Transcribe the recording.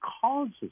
causes